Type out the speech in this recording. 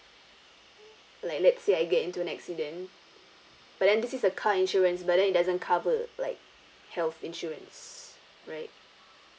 like let's say I get into an accident but then this is a car insurance but then it doesn't cover like health insurance right